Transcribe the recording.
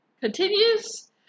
continues